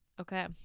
Okay